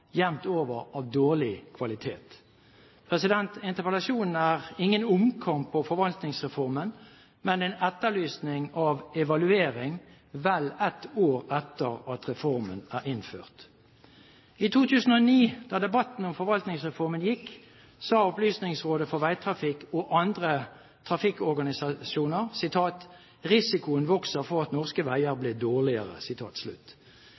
jevnt over av dårlig kvalitet. Interpellasjonen er ingen omkamp om Forvaltningsreformen, men en etterlysning av evaluering vel ett år etter at reformen er innført. I 2009, da debatten om Forvaltningsreformen gikk, sa Opplysningsrådet for Veitrafikken og andre trafikkorganisasjoner: «Risikoen vokser for at norske veier